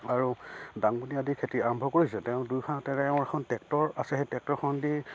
আৰু দাংবডী আদি খেতি আৰম্ভ কৰিছে তেওঁ দুই তেওঁৰ এখন ট্ৰেক্টৰ আছে সেই ট্ৰেক্টৰখনেদি